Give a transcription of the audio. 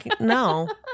no